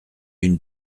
une